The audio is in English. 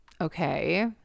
Okay